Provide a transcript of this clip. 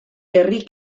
herri